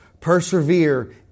Persevere